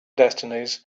destinies